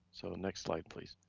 sort of next slide, please.